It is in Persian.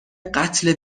قتل